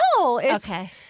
Okay